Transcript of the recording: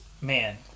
man